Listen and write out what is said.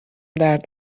درد